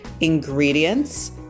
ingredients